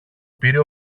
πήρε